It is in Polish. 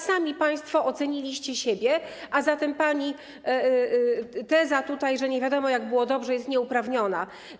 Sami państwo tak oceniliście siebie, a zatem pani teza, że nie wiadomo, jak było dobrze, jest nieuprawniona.